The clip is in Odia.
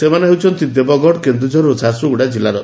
ସେମାନେ ହେଉଛନ୍ତି ଦେବଗଡ଼ କେନ୍ଦୁଝର ଓ ଝାରସୁଗୁଡ଼ା ଜିଲ୍ଲାର